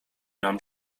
nam